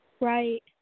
Right